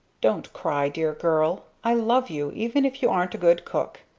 don't cry, dear girl, i love you, even if you aren't a good cook!